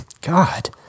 God